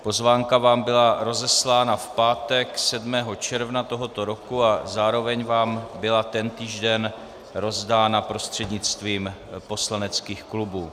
Pozvánka vám byla rozeslána v pátek 7. června tohoto roku a zároveň vám byla tentýž den rozdána prostřednictvím poslaneckých klubů.